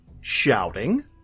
shouting